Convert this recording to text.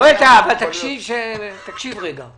אני רוצה לומר את דעתי.